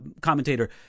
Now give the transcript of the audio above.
commentator